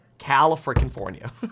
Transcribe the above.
California